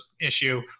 issue